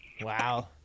Wow